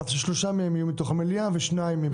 אז ששלושה מהם יהיו מתוך המליאה ושניים מבחוץ.